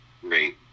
great